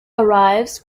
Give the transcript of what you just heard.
arrives